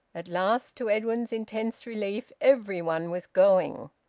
at last, to edwin's intense relief, every one was going.